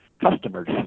customers